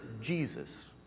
Jesus